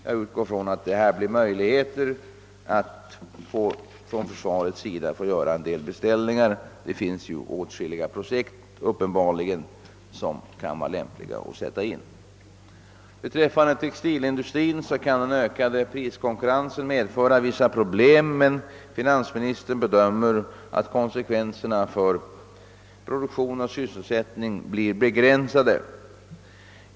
Jag utgår från att försvaret får möjligheter att göra en del beställningar — det finns åtskilliga projekt som kan vara lämpliga att sätta in. Beträffande textilindustrin kan den ökade priskonkurrensen medföra vissa problem, men finansministern bedömer att konsekvenserna för produktion och sysselsättning blir begränsade.